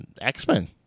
x-men